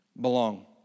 Belong